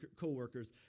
co-workers